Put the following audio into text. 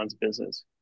business